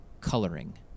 coloring